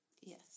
Yes